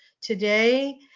Today